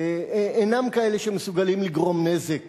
אינם כאלה שמסוגלים לגרום נזק